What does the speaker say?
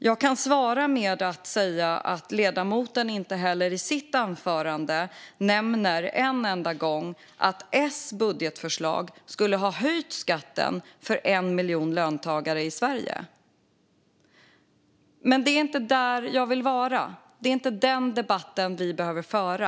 Jag kan svara genom att säga att ledamoten inte heller i sitt anförande en enda gång nämnde att Socialdemokraternas budgetförslag skulle ha höjt skatten för 1 miljon löntagare i Sverige. Men det är inte där jag vill vara, och det är inte den debatten som vi behöver föra.